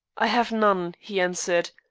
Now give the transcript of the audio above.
i have none, he answered.